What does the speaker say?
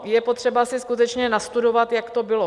Je potřeba si skutečně nastudovat, jak to bylo.